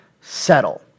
settle